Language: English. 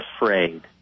afraid